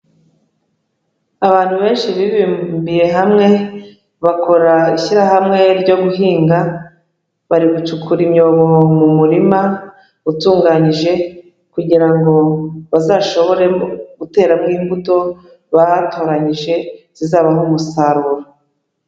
Abantu benshi biribumbiye hamwe bakora ishyirahamwe ryo guhinga, bari gucukura imyobo mu murima utunganyije kugira ngo bazashobore guteramo imbuto bahatoranyije zizabaha umusaruro.